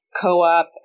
co-op